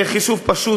בחישוב פשוט,